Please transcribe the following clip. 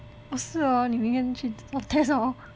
oh 是 hor 你明天去 swab test hor